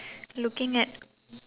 looking at